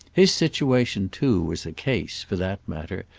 his situation too was a case, for that matter,